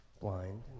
blind